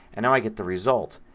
and now i get the result.